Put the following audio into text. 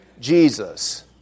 Jesus